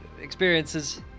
experiences